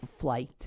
flight